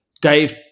Dave